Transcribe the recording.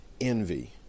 envy